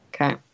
Okay